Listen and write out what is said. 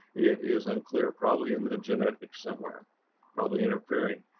it is unclear, probably in the genetic somewhere probably interfering.